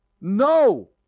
No